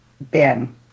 Ben